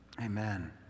Amen